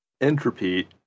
Entropy